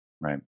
Right